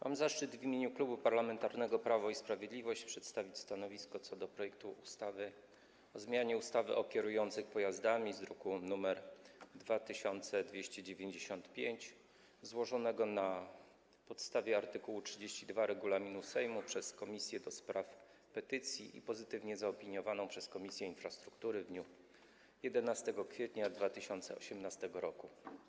Mam zaszczyt w imieniu Klubu Parlamentarnego Prawo i Sprawiedliwość przedstawić stanowisko co do projektu ustawy o zmianie ustawy o kierujących pojazdami z druku nr 2295, złożonego na podstawie art. 32 regulaminu Sejmu przez Komisję do Spraw Petycji i pozytywnie zaopiniowanego przez Komisję Infrastruktury w dniu 11 kwietnia 2018 r.